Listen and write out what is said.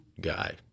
guy